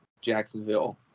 Jacksonville